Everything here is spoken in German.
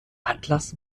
atlas